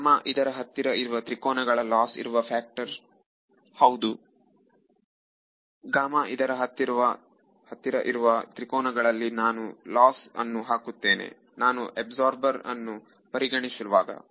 ವಿದ್ಯಾರ್ಥಿ ಇದರ ಹತ್ತಿರ ಇರುವ ತ್ರಿಕೋನಗಳ ಲಾಸ್ ಇರುವ ಫ್ಯಾಕ್ಟರ್ ಹೌದು ಹೌದು ಇದರ ಹತ್ತಿರ ಇರುವ ತ್ರಿಕೋನಗಳಲ್ಲಿ ನಾನು ಲಾಸ್ ಅನ್ನು ಹಾಕುತ್ತೇನೆ ನಾನು ಅಬ್ಸರ್ಬರ್ ಅನ್ನು ಪರಿಗಣಿಸುವಾಗ